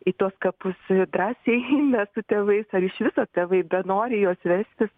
į tuos kapus drąsiai eina su tėvais ar iš viso tėvai benori juos vestis